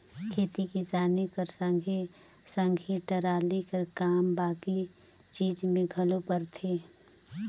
खेती किसानी कर संघे सघे टराली कर काम बाकी चीज मे घलो परथे